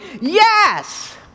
YES